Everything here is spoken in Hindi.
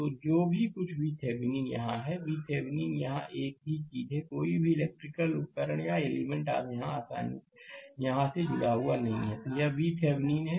तो जो कुछ भीVThevenin यहाँ हैVThevenin यहाँ एक ही चीज़ है कोई भी इलेक्ट्रिकल उपकरण या एलिमेंट यहाँ से जुड़ा हुआ नहीं है तो यह VThevenin है